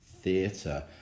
Theatre